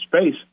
space